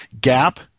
gap